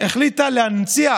החליטה להנציח